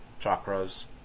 chakras